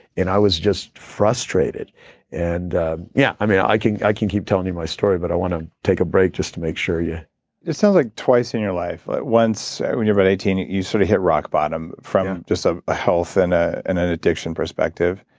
and i was just frustrated and yeah i can i can keep telling you my story, but i want to take a break, just to make sure you it sounds like twice in your life, but once when you're about but eighteen you you sort of hit rock bottom from just a ah health ah and an addiction perspective.